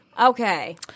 Okay